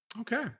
Okay